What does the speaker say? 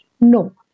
No